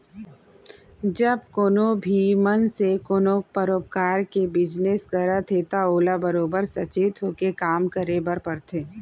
जब कोनों भी मनसे ह कोनों परकार के बिजनेस करथे त ओला बरोबर सचेत होके काम करे बर परथे